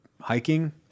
hiking